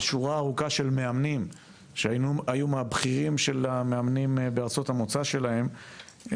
יש שורה ארוכה של מאמנים שהיו מהבכירים של המאמנים בארצות המוצא שלהם,